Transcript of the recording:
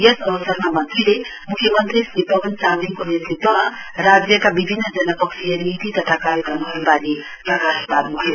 यस अवसरमा मन्त्रीले मुख्यमन्त्री श्री पवन चामलिङको नेतृत्वमा राज्य सरकारका विभिन्न जनपक्षीय नीति तथा कार्यक्रमहरुवारे प्रकाश पार्नुभयो